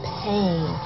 pain